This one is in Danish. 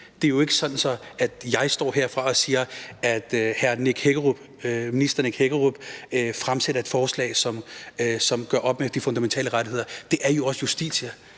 Det er jo ikke sådan, at jeg står herfra og siger, at ministeren, hr. Nick Hækkerup, fremsætter et forslag, som gør op med de fundamentale rettigheder. Det er jo også Justitia,